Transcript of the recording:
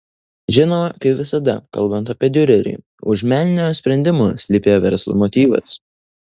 žinoma kaip visada kalbant apie diurerį už meninio sprendimo slypėjo verslo motyvas